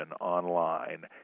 online